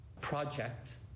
project